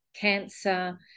cancer